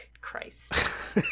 Christ